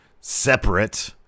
separate